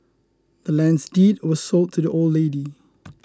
the land's deed was sold to the old lady